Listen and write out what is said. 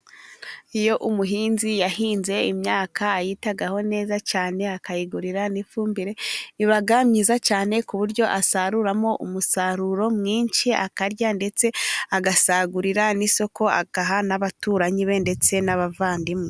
Iyo umuhinzi yahinze imyaka ayitaho neza cyane, akayigurira n'ifumbire, iba myiza cyane. Ku buryo asaruramo umusaruro mwinshi akarya ndetse agasagurira n'isoko. Agaha n'abaturanyi be ndetse n'abavandimwe.